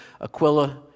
Aquila